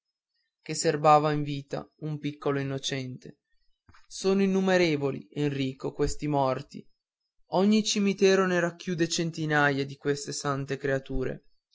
che serbava in vita un piccolo innocente sono innumerevoli enrico questi morti ogni cimitero ne racchiude centinaia di queste sante creature